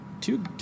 two